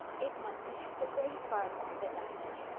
it must be hester gray's garden, said diana.